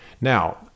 Now